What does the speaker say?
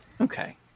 Okay